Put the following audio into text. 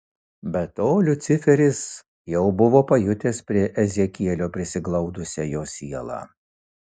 be to liuciferis jau buvo pajutęs prie ezekielio prisiglaudusią jos sielą